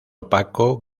opaco